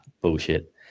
bullshit